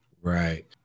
Right